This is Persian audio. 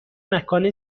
مکان